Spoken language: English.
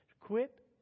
quit